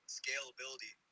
scalability